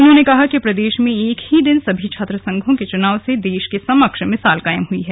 उन्होंने कहा कि प्रदेश में एक ही दिन सभी छात्रसंघों के चुनाव से देश के समक्ष मिसाल कायम हुई है